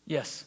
Yes